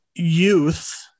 youth